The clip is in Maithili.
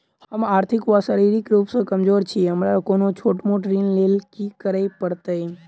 हम आर्थिक व शारीरिक रूप सँ कमजोर छी हमरा कोनों छोट मोट ऋण लैल की करै पड़तै?